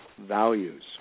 values